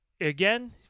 again